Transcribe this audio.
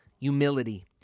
humility